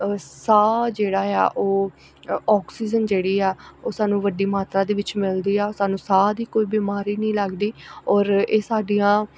ਸਾਹ ਜਿਹੜਾ ਆ ਉਹ ਆਕਸੀਜਨ ਜਿਹੜੀ ਆ ਉਹ ਸਾਨੂੰ ਵੱਡੀ ਮਾਤਰਾ ਦੇ ਵਿੱਚ ਮਿਲਦੀ ਆ ਸਾਨੂੰ ਸਾਹ ਦੀ ਕੋਈ ਬਿਮਾਰੀ ਨਹੀਂ ਲੱਗਦੀ ਔਰ ਇਹ ਸਾਡੀਆਂ